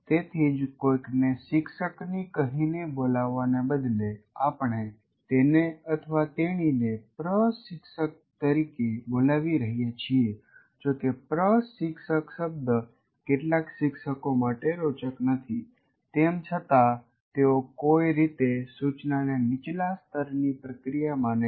તેથી જ કોઈકને શિક્ષકની કહીને બોલાવવાને બદલે આપણે તેને તેણીને પ્રશિક્ષક તરીકે બોલાવી રહ્યા છીએ જોકે પ્રશિક્ષક શબ્દ કેટલાક શિક્ષકો માટે રોચક નથી તેમ છતાં તેઓ કોઈ રીતે સૂચનાને નીચલા સ્તરની પ્રક્રિયા માને છે